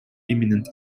imminent